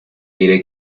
diré